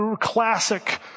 classic